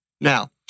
Now